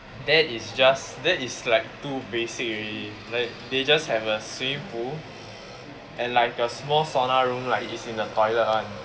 that is just that is like too basically already like they just have a swimming pool and like a small sauna room like it's in the toilet [one]